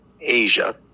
Asia